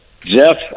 Jeff